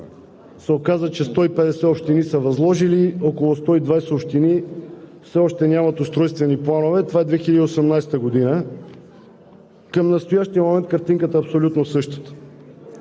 оказа, че 150 общини са възложили, а около 120 общини все още нямат устройствени планове – това е 2018 г., към настоящия момент картинката е абсолютно същата.